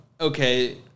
okay